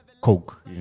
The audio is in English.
Coke